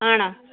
ആണോ